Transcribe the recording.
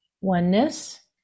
oneness